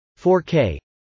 4K